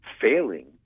failing